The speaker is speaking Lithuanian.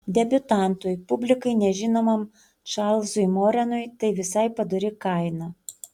debiutantui publikai nežinomam čarlzui morenui tai visai padori kaina